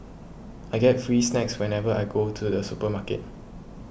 I get free snacks whenever I go to the supermarket